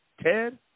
Ted